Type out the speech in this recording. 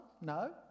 no